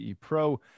pro